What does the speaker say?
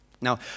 Now